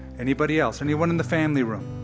anybody else? anyone in the family room?